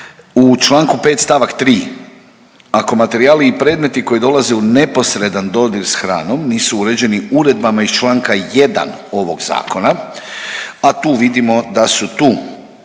U čl. 5. st. 3., ako materijali i predmeti koji dolaze u neposredan dodir s hranom nisu uređeni Uredbama iz čl. 1. ovog Zakona, a tu vidimo da su tu